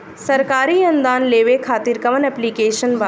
सरकारी अनुदान लेबे खातिर कवन ऐप्लिकेशन बा?